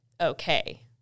okay